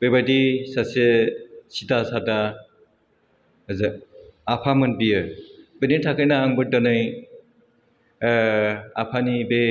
बेबादि सासे सिदा सादा आफामोन बियो बिनि थाखायनो आंबो दोनै आफानि बे